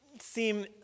seem